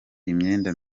imyenda